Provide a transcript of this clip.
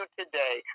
today